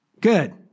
Good